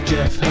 Jeff